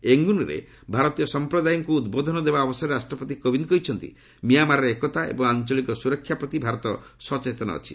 ୟେଙ୍ଗୁନରେ ଭାରତୀୟ ସମ୍ପ୍ରଦାୟଙ୍କୁ ଉଦ୍ବୋଧନ ଦେବା ଅବସରରେ ରାଷ୍ଟ୍ରପତି କୋବିନ୍ଦ କହିଛନ୍ତି ମିଆଁମାରର ଏକତା ଏବଂ ଆଞ୍ଚଳିକ ସୁରକ୍ଷା ପ୍ରତି ଭାରତ ସଚେତନ ଅଛି